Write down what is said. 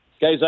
guys